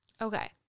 Okay